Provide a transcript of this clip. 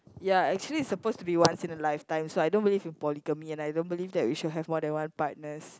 ya actually it's supposed to be once in a lifetime so I don't believe in polygamy and I don't believe that we should have more than one partners